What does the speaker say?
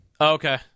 Okay